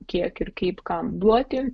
kiek ir kaip kam duoti